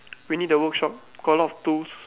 we need the workshop got a lot of tools